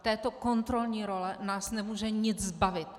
Této kontrolní role nás nemůže nic zbavit.